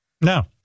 No